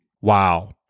Wow